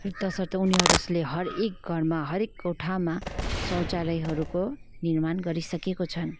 त्यसर्थ उनीहरूले हरेक घरमा हरेक कोठामा शौचालयहरूको निर्माण गरिसकेको छन्